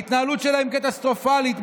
ההתנהלות שלהם קטסטרופלית.